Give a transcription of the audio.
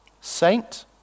Saint